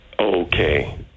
Okay